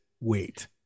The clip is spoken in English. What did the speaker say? wait